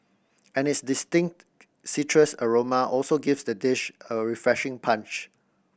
and its distinct citrus aroma also gives the dish a refreshing punch